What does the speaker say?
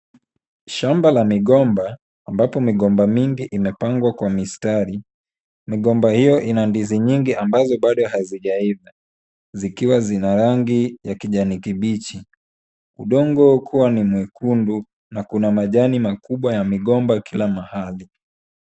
Shamba la migomba ambapo migomba mingi imepangwa kwa mistari. Migomba hiyo ina ndizi nyingi ambazo bado hazijaiva zikiwa zina rangi ya kijani kibichi. Udongo kuwa ni mwekundu na kuna majani makubwa ya migomba kila mahali.